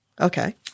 okay